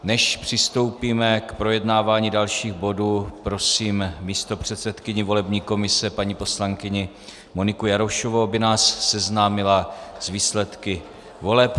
Než přistoupíme k projednávání dalších bodů, prosím místopředsedkyni volební komise paní poslankyni Moniku Jarošovou, aby nás seznámila s výsledky voleb.